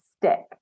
stick